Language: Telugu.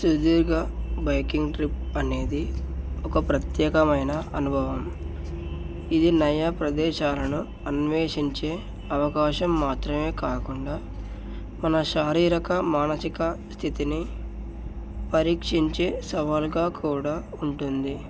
సుదీర్ఘ బైకింగ్ ట్రిప్ అనేది ఒక ప్రత్యేకమైన అనుభవం ఇది నయ ప్రదేశాలను అన్వేషించే అవకాశం మాత్రమే కాకుండా మన శారీరక మానసిక స్థితిని పరీక్షించే సవాలుగా కూడా ఉంటుంది